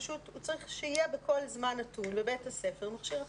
פשוט צריך שיהיה בכל זמן נתון בבית הספר מכשיר החייאה.